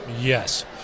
Yes